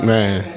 Man